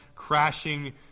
crashing